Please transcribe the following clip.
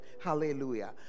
Hallelujah